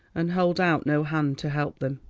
and hold out no hand to help them.